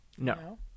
No